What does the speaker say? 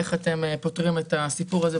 איך אתם פותרים את הסיפור הזה.